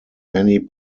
many